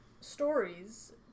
stories